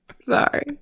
Sorry